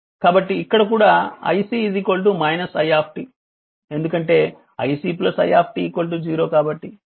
కాబట్టి ఇక్కడ కూడా iC i ఎందుకంటే iC i 0 కాబట్టి